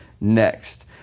next